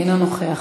אינו נוכח,